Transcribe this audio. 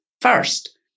first